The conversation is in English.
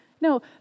No